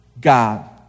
God